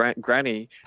granny